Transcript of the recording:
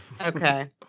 okay